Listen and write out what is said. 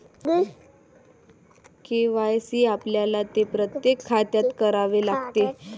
KYC आपल्याला ते प्रत्येक खात्यात करावे लागते